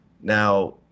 Now